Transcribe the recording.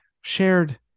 shared